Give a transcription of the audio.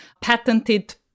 patented